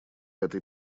этой